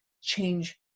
change